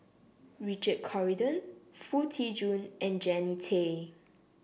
Richard Corridon Foo Tee Jun and Jannie Tay